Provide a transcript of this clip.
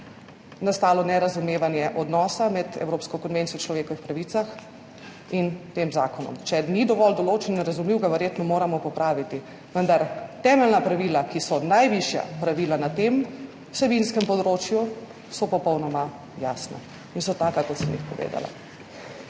nastalo nerazumevanje odnosa med Evropsko konvencijo o človekovih pravicah in tem zakonom. Če ni dovolj določen in razumljiv, ga verjetno moramo popraviti, vendar temeljna pravila, ki so najvišja pravila na tem vsebinskem področju, so popolnoma jasna in so taka, kot sem jih povedala.